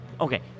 okay